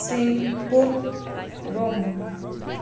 Singapore Rome